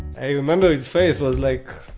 i remember his face was like,